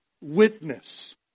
witness